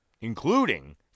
including